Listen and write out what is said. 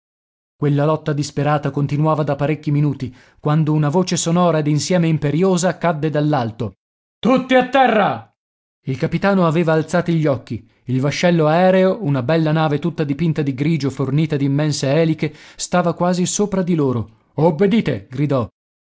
quella lotta disperata continuava da parecchi minuti quando una voce sonora ed insieme imperiosa cadde dall'alto tutti a terra il capitano aveva alzati gli occhi il vascello aereo una bella nave tutta dipinta di grigio fornita d'immense eliche stava quasi sopra di loro obbedite gridò